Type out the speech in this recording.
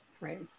Right